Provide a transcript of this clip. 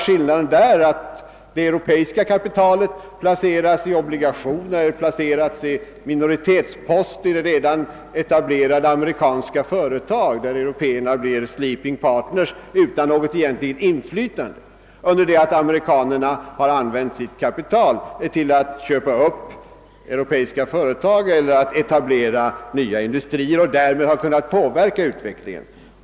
Skillnaden är bara den att det europeiska kapitalet placerats i obligationer eller minoritetsposter i redan etablerade amerikanska företag, där europeerna blir sleeping partners utan något egentligt inflytande, under det att amerikanerna har använt sitt kapital till att köpa upp europeiska företag eller etablera nya industrier och därigenom har kunnat påverka utvecklingen.